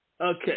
Okay